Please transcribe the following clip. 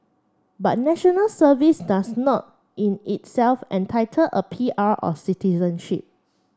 but National Service does not in itself entitle a P R on citizenship